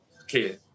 Okay